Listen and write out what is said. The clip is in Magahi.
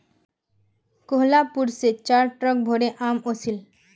कोहलापुर स चार ट्रक भोरे आम ओसील